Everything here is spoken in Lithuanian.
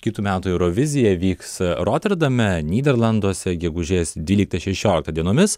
kitų metų eurovizija vyks roterdame nyderlanduose gegužės dvyliktą šešioliktą dienomis